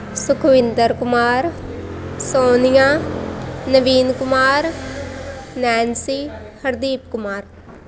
Sukhwinder Kumar Sonia Naveen Kumar Nancy Hardeep Kumar